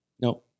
No